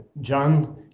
John